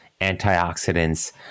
antioxidants